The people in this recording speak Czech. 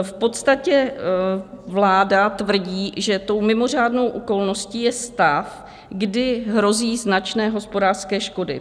V podstatě vláda tvrdí, že tou mimořádnou okolností je stav, kdy hrozí značné hospodářské škody.